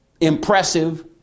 impressive